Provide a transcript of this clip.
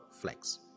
flex